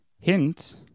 Hint